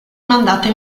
mandate